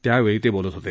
त्यावेळी ते बोलत होते